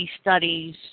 studies